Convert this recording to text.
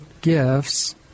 gifts